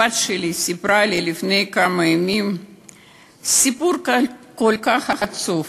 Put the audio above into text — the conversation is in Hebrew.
הבת שלי סיפרה לי לפני כמה ימים סיפור כל כך עצוב,